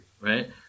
Right